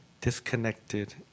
Disconnected